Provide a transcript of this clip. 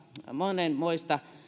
monenmoista